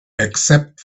except